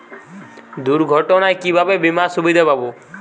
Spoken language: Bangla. দুর্ঘটনায় কিভাবে বিমার সুবিধা পাব?